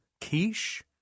Quiche